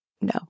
no